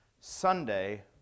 Sunday